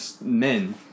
men